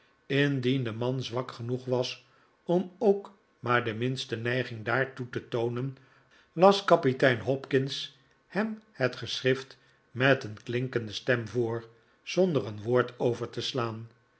indien de man zwak genoeg was om ook maar de minste neiging daartoe te toonen las kapitein hopkins hem het geschrift met een klinkende stem voor zonder een woord over te slaan